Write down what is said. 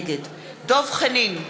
דב חנין,